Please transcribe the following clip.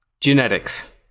Genetics